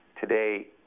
Today